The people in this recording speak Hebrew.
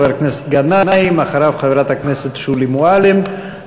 חבר הכנסת גנאים, אחריו, חברת הכנסת שולי מועלם.